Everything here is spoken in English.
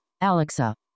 Alexa